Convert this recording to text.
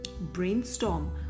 Brainstorm